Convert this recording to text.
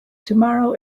tomorrow